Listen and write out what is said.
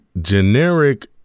generic